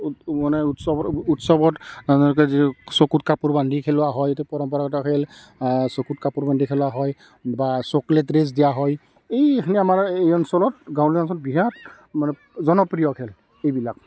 উৎ মানে উৎসৱৰ উৎসৱত চকুত কাপোৰ বান্ধি খেলোৱা হয় এইটো পৰম্পৰাগত খেল চকুত কাপোৰ বান্ধি খেলা হয় বা চকলেট ৰেচ দিয়া হয় এইখিনি আমাৰ এই অঞ্চলত গাঁৱলীয়া অঞ্চলত বিৰাট মানে জনপ্ৰিয় খেল এইবিলাক